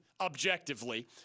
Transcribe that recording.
objectively